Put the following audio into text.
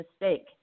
mistake